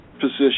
position